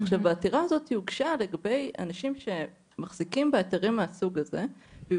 העתירה הזאת הוגשה לגבי אנשים שמחזיקים בהיתרים מהסוג הזה והיא